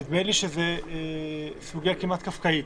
נדמה לי שזו סוגיה כמעט קפקאית.